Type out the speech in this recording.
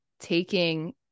Taking